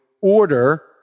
order